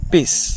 Peace